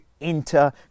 enter